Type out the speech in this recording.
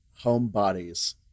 homebodies